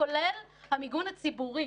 כולל המיגון הציבורי